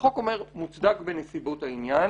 החוק אומר שמוצדק בנסיבות העניין